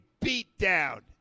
beatdown